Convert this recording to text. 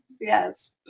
yes